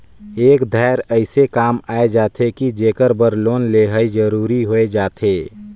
कए धाएर अइसे काम आए जाथे कि जेकर बर लोन लेहई जरूरी होए जाथे